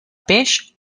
peix